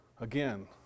Again